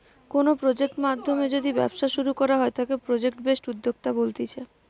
কোনো প্রজেক্ট নাধ্যমে যদি ব্যবসা শুরু করা হয় তাকে প্রজেক্ট বেসড উদ্যোক্তা বলতিছে